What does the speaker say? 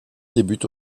débute